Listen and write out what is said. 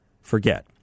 forget